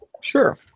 Sure